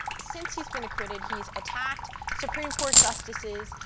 since he's been acquitted, he's attacked supreme court justices,